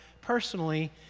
personally